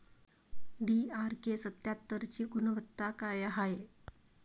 DRK सत्यात्तरची गुनवत्ता काय हाय?